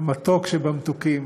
המתוק שבמתוקים,